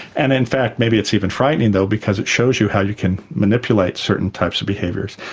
and in fact maybe it's even frightening though because it shows you how you can manipulate certain types of behaviours.